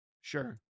Sure